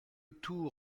tout